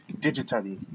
digitally